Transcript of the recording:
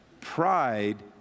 Pride